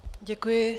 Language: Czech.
Děkuji.